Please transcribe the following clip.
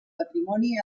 patrimoni